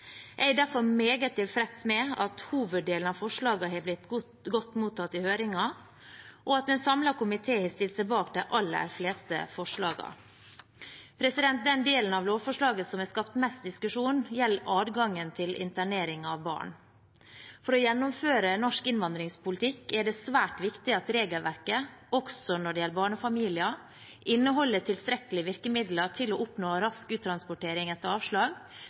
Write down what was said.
Jeg er derfor meget tilfreds med at hoveddelene av forslagene har blitt godt mottatt i høringen, og at en samlet komité har stilt seg bak de aller fleste forslagene. Den delen av lovforslaget som har skapt mest diskusjon, gjelder adgangen til internering av barn. For å gjennomføre norsk innvandringspolitikk er det svært viktig at regelverket, også når det gjelder barnefamiliene, inneholder tilstrekkelige virkemidler til å oppnå rask uttransportering etter avslag